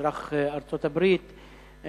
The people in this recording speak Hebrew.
אזרח ארצות-הברית,